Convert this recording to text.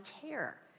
care